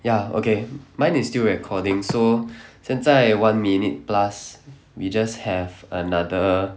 ya okay mine is still recording so 现在 one minute plus we just have another